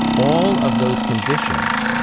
all of those conditions.